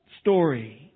story